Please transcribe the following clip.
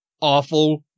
awful